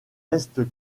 est